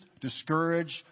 discouraged